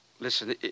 Listen